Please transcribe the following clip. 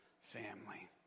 family